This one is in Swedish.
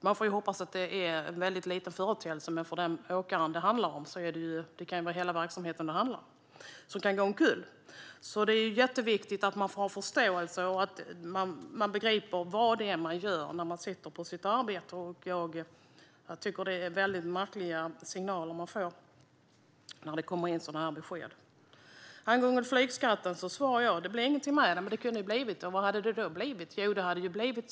Man får hoppas att detta var en liten företeelse, men för den åkare som berörs kan det handla om hela verksamheten, som kan gå omkull. Det är jätteviktigt att man har en förståelse och begriper vad man gör när man sitter på sitt arbete. Jag tycker att det är väldigt märkliga signaler som ges när det kommer sådana besked. Angående flygskatten sa jag att det inte blir något med den, men det hade kunnat bli det. Vad hade det då blivit?